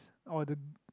or the